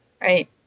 Right